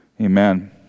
Amen